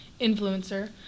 influencer